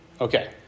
Okay